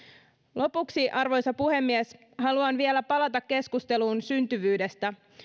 lopuksi arvoisa puhemies haluan vielä palata keskusteluun syntyvyydestä